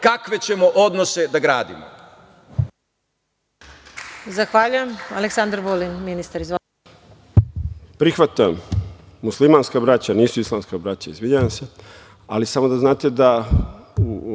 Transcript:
kakve ćemo odnose da gradimo.